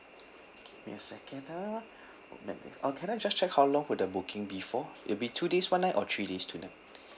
give me a second ah oh can I just check how long will the booking be for it'll be two days one night or three days two nights